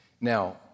Now